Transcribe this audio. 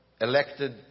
elected